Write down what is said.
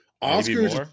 Oscar's